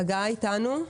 חגי איתנו?